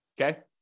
okay